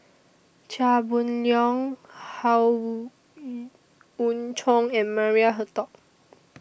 Chia Boon Leong Howe Yoon Chong and Maria Hertogh